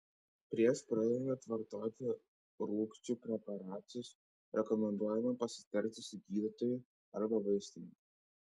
prieš pradedant vartoti rūgčių preparatus rekomenduojama pasitarti su gydytoju arba vaistininku